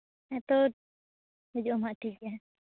ᱦᱮᱸ ᱛᱳ ᱦᱤᱡᱩᱜ ᱟᱢ ᱦᱟᱸᱜ ᱴᱷᱤᱠ ᱜᱮᱭᱟ